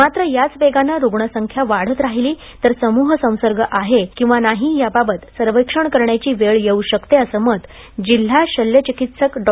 मात्र याच वेगाने रुग्ण संख्या वाढत राहिली तर समूह संसर्ग आहे किंवा नाही याबाबत सर्वेक्षण करण्याची वेळ येऊ शकते असे मत जिल्हा शल्यचिकित्सक डॉ